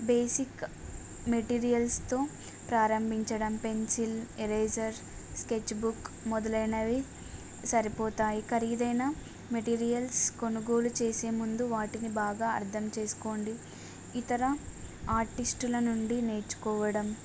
basic మెటీరియల్స్తో ప్రారంభించడం pencil eraser sketch book మొదలైనవి సరిపోతాయి ఖరీదైన మెటీరియల్స్ కొనుగోలు చేసే ముందు వాటిని బాగా అర్థం చేసుకోండి ఇతర ఆర్టిస్టుల నుండి నేర్చుకోవడం